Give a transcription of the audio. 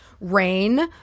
rain